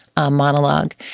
monologue